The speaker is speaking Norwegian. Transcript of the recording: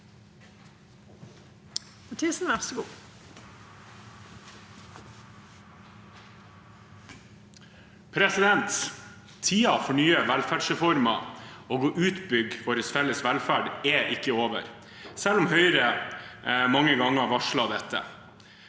Tiden for nye vel- ferdsreformer og å utbygge vår felles velferd er ikke over, selv om Høyre mange ganger varsler dette.